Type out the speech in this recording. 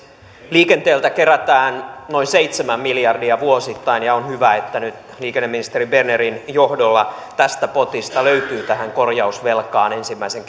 liikenteeltä kerätään noin seitsemän miljardia vuosittain ja on hyvä että nyt liikenneministeri bernerin johdolla tästä potista löytyy tähän korjausvelkaan ensimmäisen